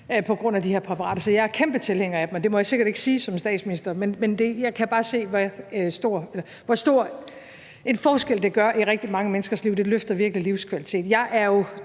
på grund af de her præparater. Så jeg er kæmpe tilhænger af dem, og det må jeg sikkert ikke sige som statsminister, men jeg kan bare se, hvor stor en forskel det gør i rigtig mange menneskers liv; det løfter virkelig livskvaliteten. Jeg er jo